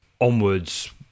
onwards